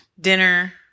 Dinner